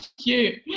cute